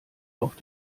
auf